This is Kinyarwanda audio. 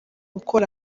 ukora